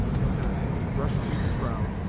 had not hetty rushed through the crowd,